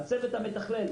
הצוות המתכלל.